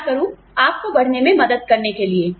मैं क्या करूं आपको बढ़ने में मदद करने के लिए